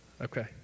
Okay